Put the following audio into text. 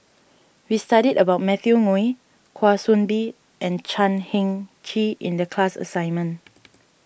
we studied about Matthew Ngui Kwa Soon Bee and Chan Heng Chee in the class assignment